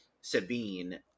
Sabine